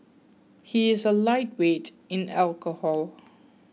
he is a lightweight in alcohol